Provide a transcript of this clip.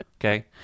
Okay